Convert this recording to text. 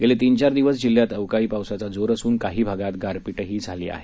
गेले तीन चार दिवस जिल्ह्यात अवकाळी पावसाचा जोर असून काही भागात गारपीटही झाली आहे